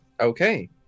okay